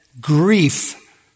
grief